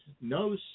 no